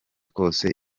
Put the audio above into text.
kose